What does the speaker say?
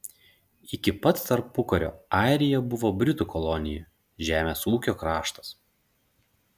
iki pat tarpukario airija buvo britų kolonija žemės ūkio kraštas